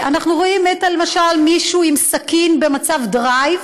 אנחנו רואים, למשל, מישהו עם סכין במצב דרייב